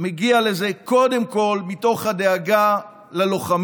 מגיע לזה קודם כול מתוך הדאגה ללוחמים,